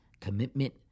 commitment